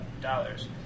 dollars